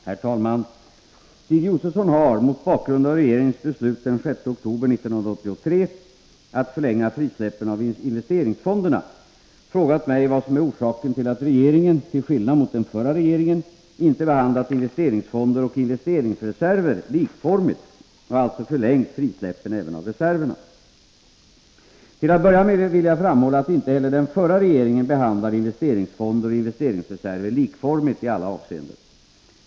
Herr talman! Stig Josefson har — mot bakgrund av regeringens beslut den 6 oktober 1983 att förlänga frisläppen av investeringsfonderna — frågat mig vad som är orsaken till att regeringen, till skillnad mot den förra regeringen, inte behandlat investeringsfonder och investeringsreserver likformigt och alltså förlängt frisläppen även av reserverna. Till att börja med vill jag framhålla att inte heller den förra regeringen behandlade investeringsfonder och investeringsreserver likformigt i alla avseenden.